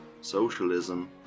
Socialism